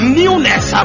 newness